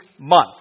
month